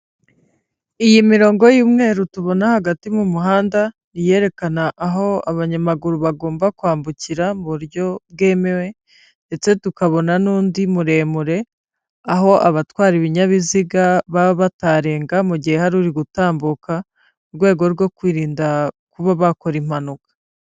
Iyi mirongo y'umweru tubona hagati mu muhanda, ni iyerekana aho abanyamaguru bagomba kwambukira mu buryo bwemewe. Ndetse tukabona n'undi muremure aho abatwara ibinyabiziga baba batarenga, mu gihe hari uri gutambuka. Mu rwego rwo kwirinda kuba bakora impanuka.